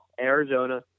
Arizona